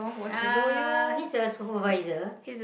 uh he's a supervisor